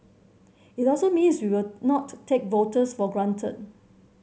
it also means we will not take voters for granted